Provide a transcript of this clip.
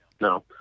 No